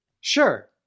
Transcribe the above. sure